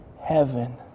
heaven